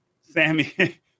Sammy